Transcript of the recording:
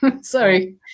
Sorry